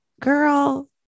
girl